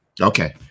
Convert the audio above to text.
Okay